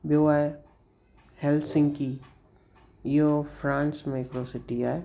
ॿियों आहे हैलसिंकी इहो फ़्रांस में हिकिड़ो सिटी आहे